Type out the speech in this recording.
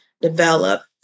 develop